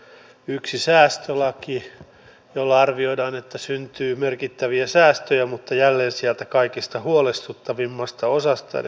tässä on jälleen yksi säästölaki jolla arvioidaan syntyvän merkittäviä säästöjä mutta jälleen sieltä kaikista huolestuttavimmasta osasta eli lapsiperheiltä